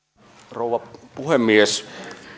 rouva puhemies